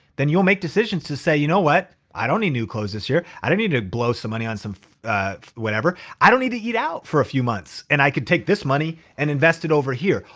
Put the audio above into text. then you'll make decisions to say, you know what, i don't need new clothes this year. i don't need to blow some money on some whatever. i don't need to eat out for a few months and i could take this money and invest it over here.